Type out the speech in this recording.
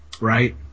Right